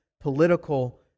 political